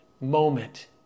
moment